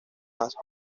más